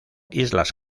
islas